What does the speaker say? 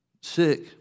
sick